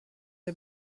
der